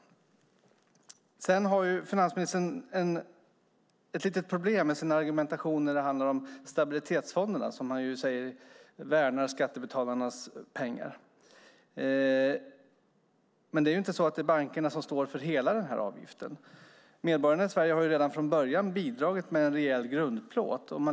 Finansministern har ett litet problem med argumentationen när det gäller stabilitetsfonderna som han säger värnar skattebetalarnas pengar. Det är inte bankerna som står för hela den avgiften. Medborgarna i Sverige har redan från början bidragit med en rejäl grundplåt.